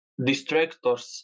distractors